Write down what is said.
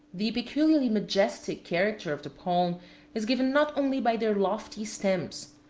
the peculiarly majestic character of the palm is given not only by their lofty stems,